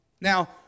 Now